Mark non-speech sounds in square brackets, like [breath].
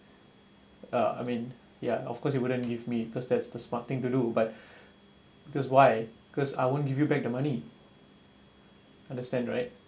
uh I mean yeah of course you wouldn't give me cause that's the smart thing to do but [breath] because why cause I won't give you back the money understand right